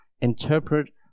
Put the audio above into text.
interpret